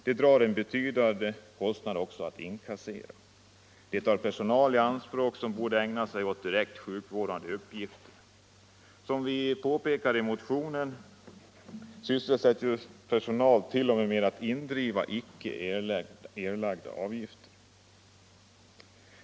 De drar en betydande kostnad också att inkassera, och de tar personal i anspråk som borde få ägna sig åt direkt sjukvårdande uppgifter. Som vi påvisar i motionen 1974 sysselsätts personal t.o.m. med att indriva icke erlagda avgifter.